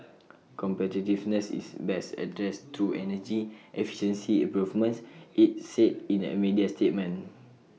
competitiveness is best addressed through energy efficiency improvements IT said in A media statement